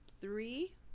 Three